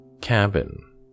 cabin